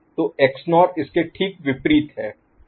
तो XNOR इसके ठीक विपरीत है